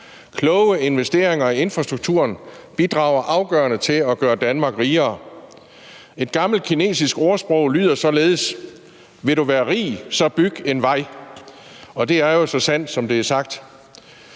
Kloge investeringer i infrastrukturen bidrager afgørende til at gøre Danmark rigere. Et gammelt kinesisk ordsprog lyder således: Vil du være rig, så byg en vej. Og det er jo så sandt, som det er sagt.